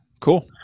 cool